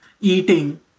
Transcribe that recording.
eating